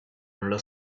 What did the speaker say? nello